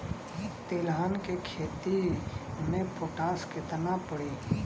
तिलहन के खेती मे पोटास कितना पड़ी?